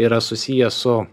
yra susiję su